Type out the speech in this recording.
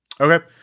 Okay